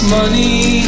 money